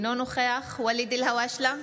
אינו נוכח ואליד אלהואשלה,